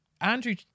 Andrew